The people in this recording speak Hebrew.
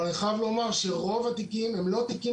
אבל אני חייב לומר שרוב התיקים הם לא תיקים